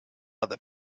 other